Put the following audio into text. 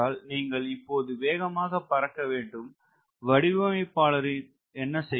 நீங்கள் இப்போது வேகமாக பறக்க வேண்டும் வடிவமைப்பாளரின் என்ன செய்வார்